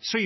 Så er